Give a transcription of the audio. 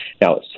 Now